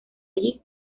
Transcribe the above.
allí